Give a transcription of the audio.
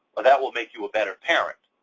or that will make you a better parent.